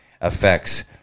affects